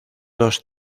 dos